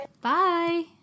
Bye